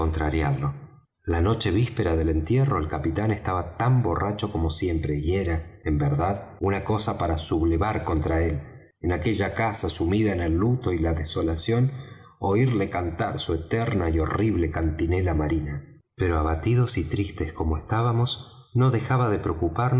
la noche víspera del entierro el capitán estaba tan borracho como siempre y era en verdad una cosa para sublevar contra él en aquella casa sumida en el luto y la desolación oirle cantar su eterna y horrible cantinela marina pero abatidos y tristes como estábamos no dejaba de preocuparnos